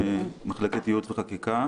מחלקת ייעוץ וחקיקה,